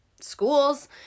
schools